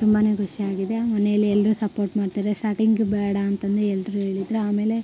ತುಂಬ ಖುಷ್ಯಾಗಿದೆ ಮನೇಲಿ ಎಲ್ಲರೂ ಸಪೋರ್ಟ್ ಮಾಡ್ತಾರೆ ಸ್ಟಾಟಿಂಗ್ ಬೇಡ ಅಂತಂದು ಎಲ್ಲರೂ ಹೇಳಿದ್ರು ಆಮೇಲೆ